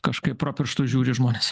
kažkaip pro pirštus žiūri žmonės